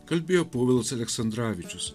kalbėjo povilas aleksandravičius